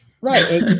Right